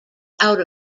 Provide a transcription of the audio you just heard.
out